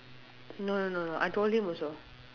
no no no no I told him also